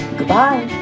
Goodbye